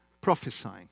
Prophesying